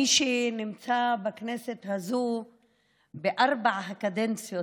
מי שנמצא בכנסת הזו בארבע הקדנציות